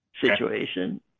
situation